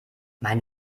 mein